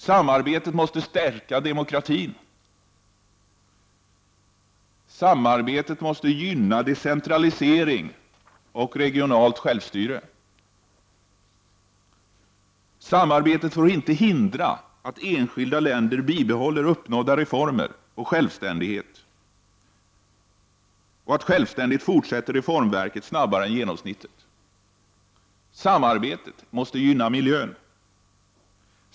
— Samarbetet måste stärka demokratin. — Samarbetet måste gynna decentralisering och regionalt självstyre. — Samarbetet får inte hindra att enskilda länder bibehåller uppnådda reformer och självständigt fortsätter reformverket snabbare än genomsnittet. — Samarbetet måste gynna miljön.